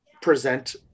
present